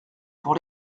pour